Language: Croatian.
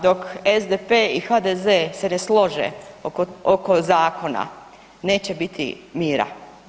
Dok SDP i HDZ se ne slože oko zakona neće biti mira.